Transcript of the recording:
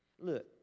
look